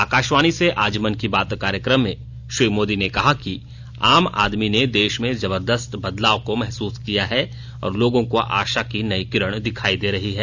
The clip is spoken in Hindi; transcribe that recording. आकाशावाणी से आज मन की बात कार्यक्रम में श्री मोदी ने कहा कि आम आदमी ने देश में जबरदस्त बदलाव को महसुस किया है और लोगों को आशा की नई किरण दिखाई दे रही हैं